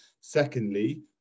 secondly